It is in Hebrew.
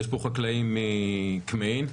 יש פה חקלאים מכמהין,